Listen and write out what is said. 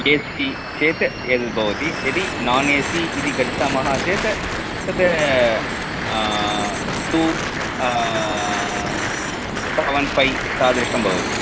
ए C चेत् एतद् भवति यदि नान् ए सि इति गच्छामः चेत् तत् टु सेवेन् फ़ै तादृशं भवति